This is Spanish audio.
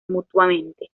mutuamente